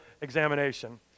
examination